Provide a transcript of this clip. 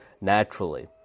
naturally